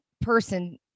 person